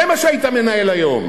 זה מה שהיית מנהל היום.